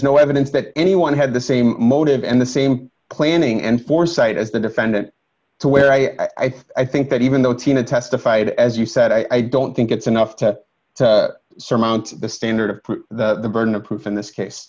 no evidence that anyone had the same motive and the same planning and foresight as the defendant to where i i think that even though tina testified as you said i don't think it's enough to surmount the standard of the burden of proof in this case